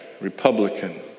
Republican